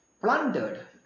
plundered